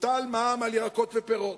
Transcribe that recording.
בוטל המע"מ על ירקות ופירות.